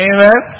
Amen